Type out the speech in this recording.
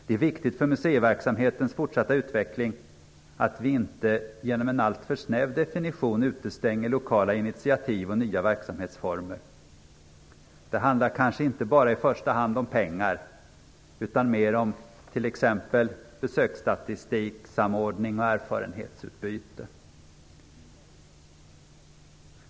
Det är viktigt för museiverksamhetens fortsatta utveckling att vi inte genom en alltför snäv definition utestänger lokala initiativ och nya verksamhetsformer. Det handlar kanske inte bara i första hand om pengar utan mer om t.ex. besöksstatistik, samordning och erfarenhetsutbyte.